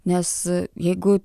nes jeigu